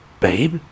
Babe